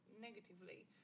negatively